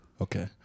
Okay